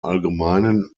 allgemeinen